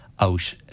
out